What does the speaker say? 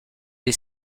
des